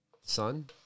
Son